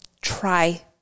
try